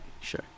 sure